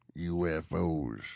UFOs